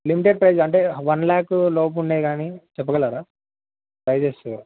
limited prize అంటే one lakh లోపు ఉండేవి కానీ చెప్పగలరా ప్రైజెస్